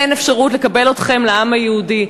אין אפשרות לקבל אתכם לעם היהודי.